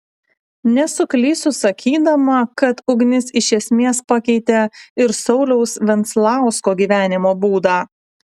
nesuklysiu sakydama kad ugnis iš esmės pakeitė ir sauliaus venclausko gyvenimo būdą